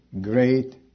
Great